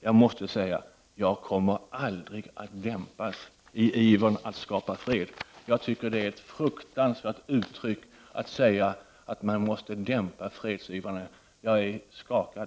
Jag måste säga att jag aldrig kommer att dämpas i min iver att skapa fred. Jag menar att det är fruktansvärt att säga att man måste dämpa fredsivrarna. Jag är skakad.